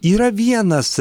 yra vienas